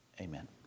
Amen